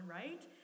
right